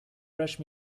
rush